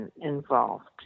involved